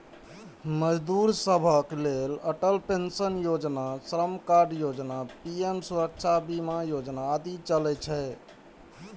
मजदूर सभक लेल अटल पेंशन योजना, श्रम कार्ड योजना, पीएम सुरक्षा बीमा योजना आदि चलै छै